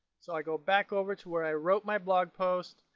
so i go back over to where i wrote my blog post.